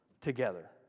together